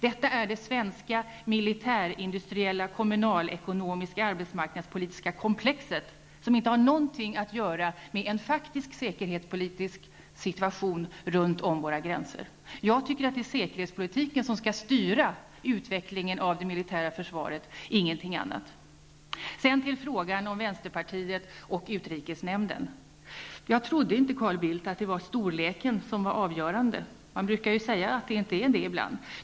Detta är det svenska militärindustriella kommunalekonomiska arbetsmarknadspolitiska komplexet, som inte har någonting att göra med en faktisk säkerhetspolitisk situation runt våra gränser. Det är enligt min uppfattning säkerhetspolitiken som skall styra utvecklingen av det militära försvaret och ingenting annat. Sedan till frågan om vänsterpartiet och utrikesnämnden. Jag trodde inte, Carl Bildt, att det var storleken som var avgörande. Man brukar ju ibland säga att det inte är så.